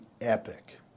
epic